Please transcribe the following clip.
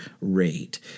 rate